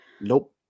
Nope